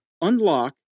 unlock